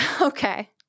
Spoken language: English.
okay